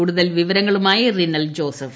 കൂടുതൽ വിവരങ്ങളുമായി റിനൽ ജോസഫ്